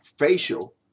Facial